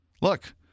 Look